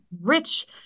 rich